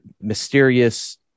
mysterious